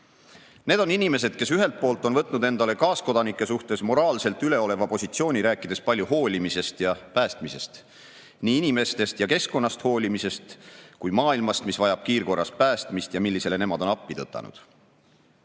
Need on inimesed, kes ühelt poolt on võtnud endale kaaskodanike suhtes moraalselt üleoleva positsiooni, rääkides palju hoolimisest ja päästmisest – nii inimestest ja keskkonnast hoolimisest kui ka maailmast, mis vajab kiirkorras päästmist ja millele nemad on appi tõtanud.